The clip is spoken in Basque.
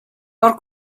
hor